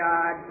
God